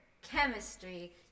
chemistry